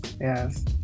Yes